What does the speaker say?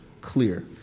clear